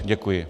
Děkuji.